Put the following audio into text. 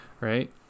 right